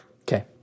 Okay